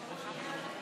מצביע צחי הנגבי,